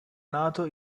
nato